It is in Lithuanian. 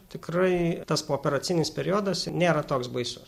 tikrai tas pooperacinis periodas nėra toks baisus